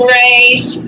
race